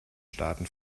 staaten